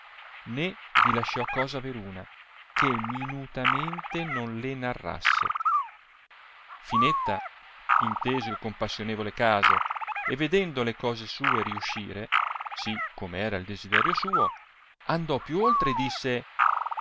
né vi lasciò cosa veruna che minutamente non le narrasse l'inetta inteso il compassionevole caso e vedendo le cose sue riuscire si come era il desiderio suo andò più oltre e disse